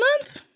month